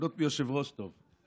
ליהנות מיושב-ראש טוב,